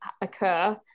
occur